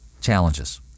challenges